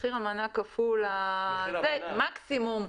מחיר המנה כפול מספר האנשים.